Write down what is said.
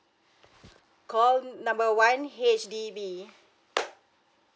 call number one H_D_B